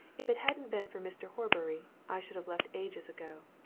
if it hadn't been for mr. horbury, i should have left ages ago.